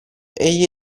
egli